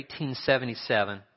1877